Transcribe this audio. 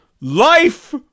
Life